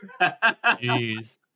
Jeez